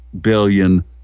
billion